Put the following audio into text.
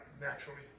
naturally